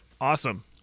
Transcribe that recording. Awesome